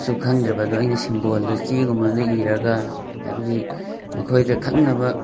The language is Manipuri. ꯁꯨ ꯈꯪꯗ꯭ꯔꯕ ꯑꯗꯨ ꯑꯩꯅ ꯁꯤꯝꯕꯣꯜꯗ ꯆꯦꯒꯨꯝꯕ ꯑꯝꯗ ꯏꯔꯒ ꯍꯥꯏꯕꯗꯤ ꯃꯈꯣꯏꯗ ꯈꯪꯅꯕ